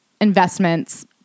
investments